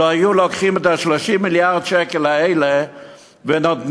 אם היו לוקחים את 30 מיליארד השקל האלה ונותנים,